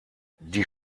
die